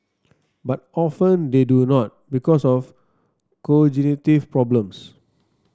but often they do not because of problems